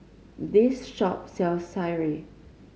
this shop sells sireh